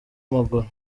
maguru